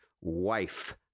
Wife